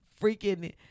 freaking